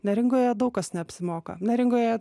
neringoje daug kas neapsimoka neringoje